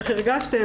איך הרגשתם?